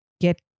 get